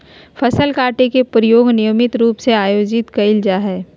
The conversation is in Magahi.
फसल काटे के प्रयोग नियमित रूप से आयोजित कइल जाय हइ